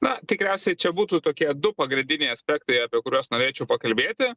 na tikriausiai čia būtų tokie du pagrindiniai aspektai apie kuriuos norėčiau pakalbėti